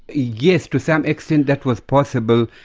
yes, to some extent that was possible.